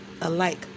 alike